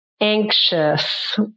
Anxious